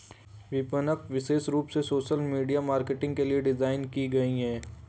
विपणक विशेष रूप से सोशल मीडिया मार्केटिंग के लिए डिज़ाइन किए गए है